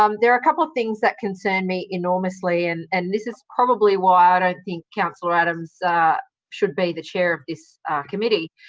um there are a couple of things that concern me enormously. and and this is probably why i don't think councillor adams should be the chair of this committee.